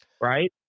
Right